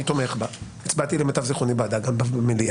ואני תומך בה הצבעתי בעדה גם במליאה.